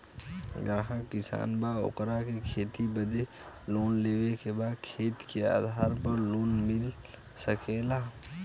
ग्राहक किसान बा ओकरा के खेती बदे लोन लेवे के बा खेत के आधार पर लोन मिल सके ला?